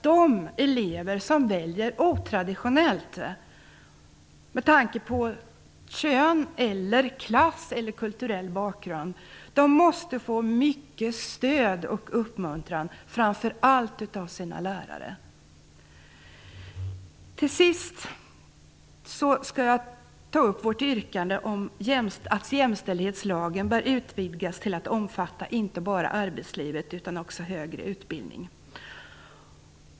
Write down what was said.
De elever som väljer otraditionellt med tanke på kön, klass eller kulturell bakgrund måste få mycket stöd och uppmuntran, framför allt av sina lärare. Till sist skall jag ta upp vårt yrkande om att jämställdhetslagen bör utvidgas till att omfatta inte bara arbetslivet utan också högre utbildning.